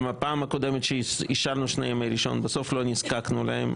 גם בפעם הקודמת כשאישרנו שני ימי ראשון בסוף לא נזקקנו להם,